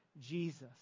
Jesus